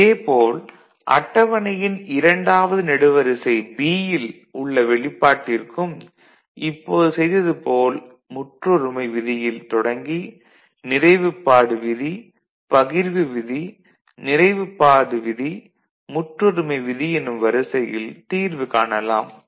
இதே போல் அட்டவணையின் இரண்டாவது நெடுவரிசை யில் உள்ள வெளிப்பாட்டிற்கும் இப்போது செய்தது போல் முற்றொருமை விதியில் தொடங்கி நிறைவுப்பாடு விதி பகிர்வு விதி நிறைவுப்பாடு விதி முற்றொருமை விதி எனும் வரிசையில் தீர்வு காணலாம்